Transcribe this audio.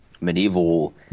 medieval